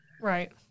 Right